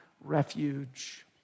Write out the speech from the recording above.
refuge